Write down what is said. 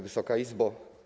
Wysoka Izbo!